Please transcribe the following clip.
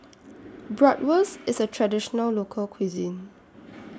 Bratwurst IS A Traditional Local Cuisine